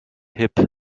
hip